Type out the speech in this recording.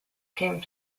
came